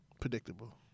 Predictable